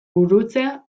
gurutzea